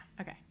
okay